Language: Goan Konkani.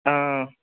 आ